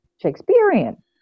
Shakespearean